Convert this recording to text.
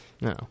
No